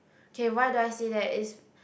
okay why do I say that is